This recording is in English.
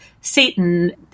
Satan